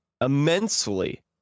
immensely